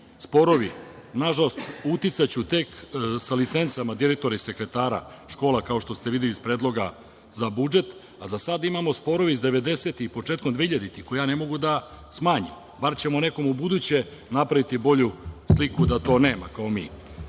sporovi, nažalost, uticaću tek sa licencama direktora i sekretara škola, kao što se videli iz predloga za budžet. Za sada imamo sporove iz 90-ih i početkom 2000-ih koje ja ne mogu da smanjim, bar ćemo nekome ubuduće napraviti bolju sliku da to nema kao mi,